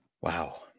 wow